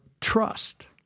trust